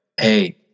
hey